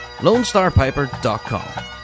LoneStarPiper.com